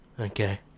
Okay